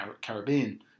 Caribbean